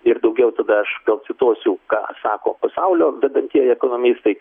ir daugiau tada aš gal cituosiu ką sako pasaulio vedantieji ekonomistai